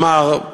אמר,